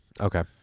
Okay